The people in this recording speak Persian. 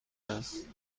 است